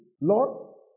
Lord